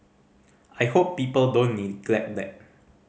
I hope people don't neglect that